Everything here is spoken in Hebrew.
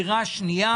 הדבר השני: